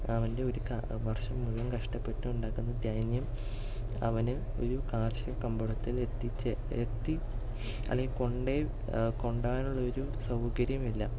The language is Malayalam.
അവൻ്റെ ഒരു വർഷം മുഴുവൻ കഷ്ടപ്പെട്ട് ഉണ്ടാക്കുന്ന ധാന്യം അവന് ഒരു കാർഷിക കമ്പോളത്തിൽ എത്തിച്ച് എത്തി അല്ലെങ്കിൽ കൊണ്ടുപോയി കൊണ്ടുപോവാനുള്ളൊരു സൗകര്യമില്ല